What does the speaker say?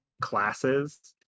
classes